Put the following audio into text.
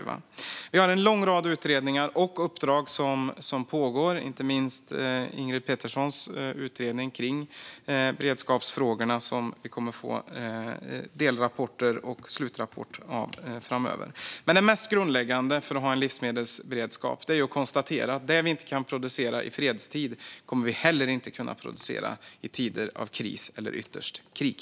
Vi har en lång rad av utredningar och uppdrag som pågår, inte minst Ingrid Peterssons utredning av beredskapsfrågorna där vi kommer att få delrapporter och slutrapport framöver. Men det mest grundläggande för att ha livsmedelsberedskap är att konstatera att det vi inte kan producera i fredstid kommer vi heller inte att kunna producera i tider av kris eller ytterst krig.